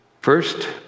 First